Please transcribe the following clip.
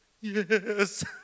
yes